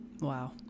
Wow